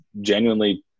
genuinely